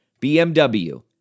BMW